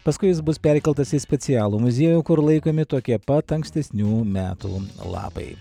paskui jis bus perkeltas į specialų muziejų kur laikomi tokie pat ankstesnių metų lapai